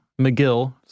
McGill